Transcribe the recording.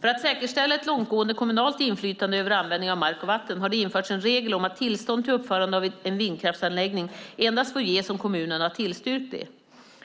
För att säkerställa ett långtgående kommunalt inflytande över användningen av mark och vatten har det införts en regel om att tillstånd till uppförande av en vindkraftsanläggning endast får ges om kommunen har tillstyrkt det.